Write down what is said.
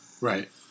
Right